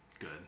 Good